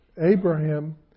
Abraham